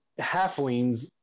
Halflings